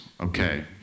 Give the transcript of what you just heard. Okay